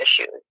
issues